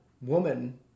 woman